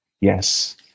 Yes